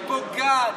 היא פוגעת.